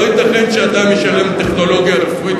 לא ייתכן שאדם ישלם על טכנולוגיה רפואית,